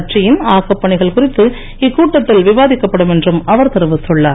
கட்சியின் ஆக்கப் பணிகள் குறித்து இக்கூட்டத்தில் விவாதிக்கப்படும் என்றும் அவர் தெரிவித்துள்ளார்